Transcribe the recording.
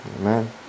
amen